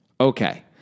Okay